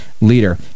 leader